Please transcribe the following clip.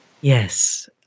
yes